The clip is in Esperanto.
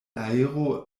aero